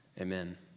Amen